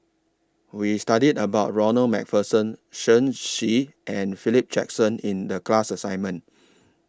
We studied about Ronald MacPherson Shen Xi and Philip Jackson in The class assignment